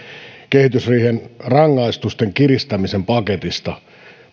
kehysriihen rangaistusten kiristämisen paketista